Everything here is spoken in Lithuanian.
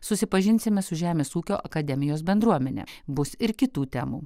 susipažinsime su žemės ūkio akademijos bendruomene bus ir kitų temų